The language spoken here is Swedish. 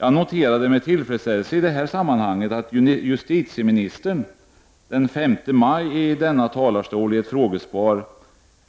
Jag noterade med tillfredsställelse i detta sammanhang att justitieministern den 5 maj i ett frågesvar